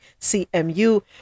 CMU